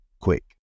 quick